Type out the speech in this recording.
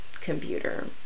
computer